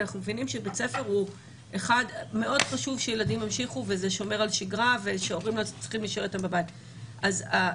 אנחנו מבינים שמאוד חשוב שילדים ימשיכו להגיע לבית ספר.